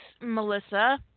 Melissa